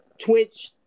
twitch